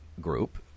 group